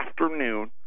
afternoon